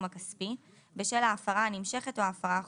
הכספי בשל ההפרה הנמשכת או ההפרה החוזרת.